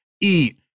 eat